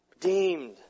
deemed